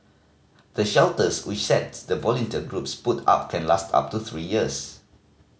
the shelters which the sets of volunteer groups put up can last up to three years